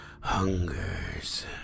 hungers